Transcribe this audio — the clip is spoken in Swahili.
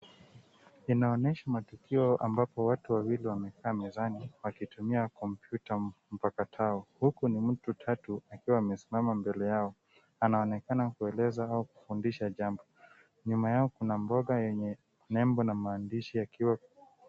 Inaonyesha matukio ambapo watu wawili wamekaa mezani wakitumia kompyuta mpakatao, huku ni mtu tatu akiwa amesimama mbele yao. Anaonekana kueleza au kufundisha jambo. Nyuma yao kuna boga yenye nembo na maandishi yakiwa